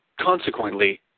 consequently